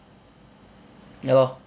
ya lor